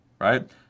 right